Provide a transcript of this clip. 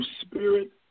spirit